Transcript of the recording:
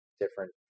different